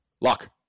Lock